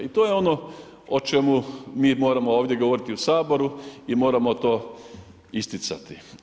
I to je ono o čemu mi moramo ovdje govoriti u Saboru i moramo to isticati.